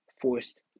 forced